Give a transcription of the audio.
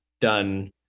done